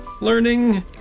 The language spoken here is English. learning